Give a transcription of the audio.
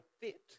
fit